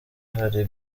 hari